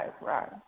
Right